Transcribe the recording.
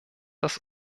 das